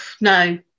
no